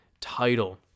title